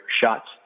shots